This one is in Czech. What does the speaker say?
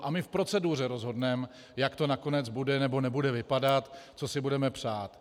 A my v proceduře rozhodneme, jak to nakonec bude nebo nebude vypadat, co si budeme přát.